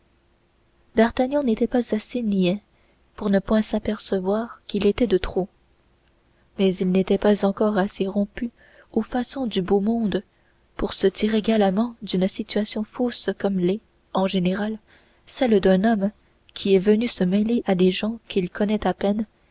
d'artagnan n'était pas assez niais pour ne point s'apercevoir qu'il était de trop mais il n'était pas encore assez rompu aux façons du beau monde pour se tirer galamment d'une situation fausse comme l'est en général celle d'un homme qui est venu se mêler à des gens qu'il connaît à peine